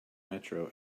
metro